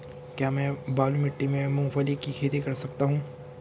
क्या मैं बालू मिट्टी में मूंगफली की खेती कर सकता हूँ?